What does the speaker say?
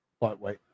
lightweight